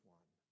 one